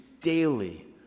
daily